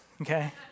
okay